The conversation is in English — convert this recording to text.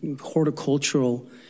horticultural